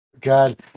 God